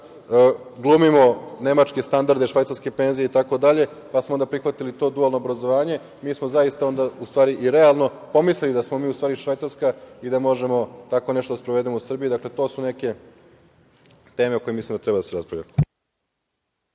glumimo nemačke standarde, švajcarske penzije itd, pa smo onda prihvatili to dualno obrazovanje, mi smo onda zaista i realno pomislili da smo mi u stvari Švajcarska i da možemo tako nešto da sprovedemo u Srbiji. Dakle, to su neke teme o kojima mislim da treba da se raspravlja.